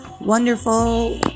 wonderful